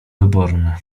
wyborne